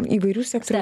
įvairių sektorių